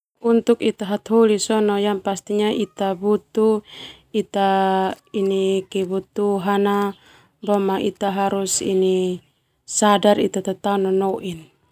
Ita butuh ita kebutuhan na boma ita harus sadar ita tatao nonoin.